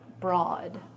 broad